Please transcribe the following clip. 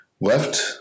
left